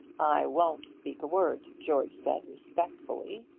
i won't speak a word, george said, respectfully.